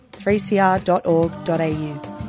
3cr.org.au